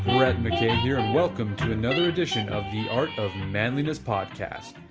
brett mckay here, and welcome to another edition of the art of manliness podcast.